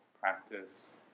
practice